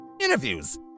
interviews